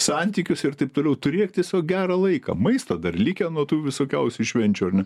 santykius ir taip toliau turėk tiesiog gerą laiką maisto dar likę nuo tų visokiausių švenčių ar ne